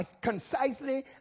concisely